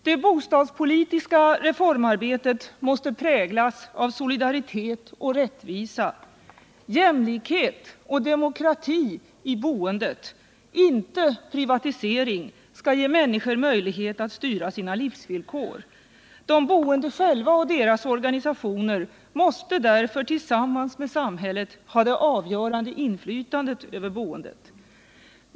Det bostadspolitiska reformarbetet måste präglas av solidaritet och rättvisa. Jämlikhet och demokrati i boendet — inte privatisering — skall ge människor möjlighet att styra sina livsvillkor. De boende själva och deras organisationer måste därför tillsammans med samhället ha det avgörande inflytandet över boendet.